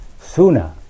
sooner